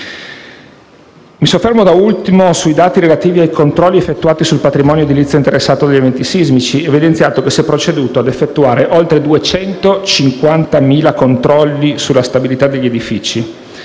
Mi soffermo, infine, sui dati relativi ai controlli effettuati sul patrimonio edilizio interessato dagli eventi sismici, evidenziando che si è proceduto ad effettuare oltre 250.000 controlli sulla stabilità degli edifici: